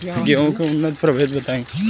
गेंहू के उन्नत प्रभेद बताई?